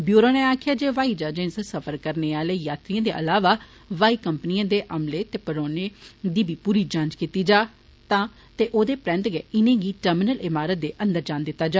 bureau नै आखेआ ऐ जे ब्हाई ज्हाजें च सफर करने आह्ले यात्रिएं दे अलावा ब्हाई कंपनिएं दे अमले ते परौहनें दी बी पूरी जांच कीती जा ते ओह्दे परैन्त गै इनेंगी टर्मिनल इमारत दे अंदर जान दित्ता जा